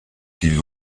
qu’ils